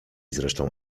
zresztą